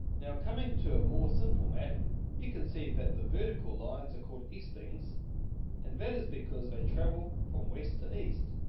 now coming to a more simple map you can see that the vertical lines are called eastings and that is because they travel from west to east.